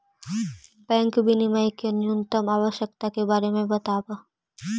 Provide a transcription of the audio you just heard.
bank विनियमन के न्यूनतम आवश्यकता के बारे में बतावऽ